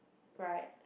right